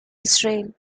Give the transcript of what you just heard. israel